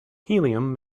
helium